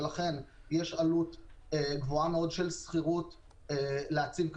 ולכן יש עלות גבוהה מאוד של שכירות להציב אותו